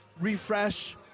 refresh